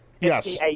Yes